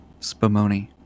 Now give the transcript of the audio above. Spumoni